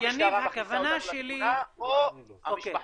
או המשטרה מכניסה אותנו לתמונה או המשפחות.